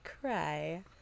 cry